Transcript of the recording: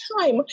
time